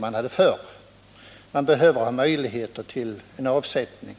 Dessa företag behöver ha möjligheter till en sådan avsättning.